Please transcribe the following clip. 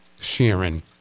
Sheeran